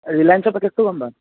ৰিলায়ঞ্চৰ পেকেজটো